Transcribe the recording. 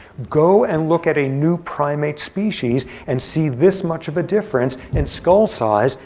go and look at a new primate species, and see this much of a difference in skull size,